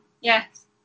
yes